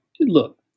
look